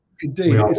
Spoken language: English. Indeed